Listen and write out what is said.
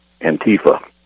Antifa